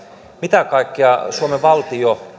mitä kaikkea suomen valtio